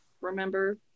remember